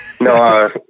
No